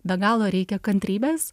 be galo reikia kantrybės